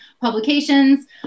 publications